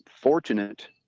Fortunate